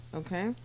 okay